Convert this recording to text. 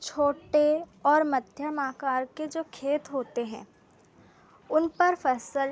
छोटे और मध्यम आकार के जो खेत होते हैं उन पर फसल